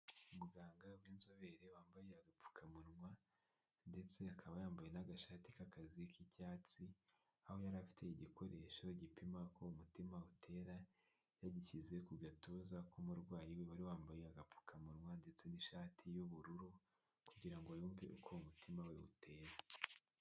Umuganga w'inzobere wambaye agapfukamunwa ndetse akaba yambaye n'agashati k'akazi k'icyatsi aho yari afite igikoresho gipima ko umutima utera yagishyize ku gatuza k'umurwayi wari wambaye agapfukamunwa ndetse n'ishati y'ubururu kugira ngo yumve uko umutima we utera.